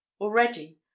Already